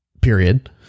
period